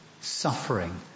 suffering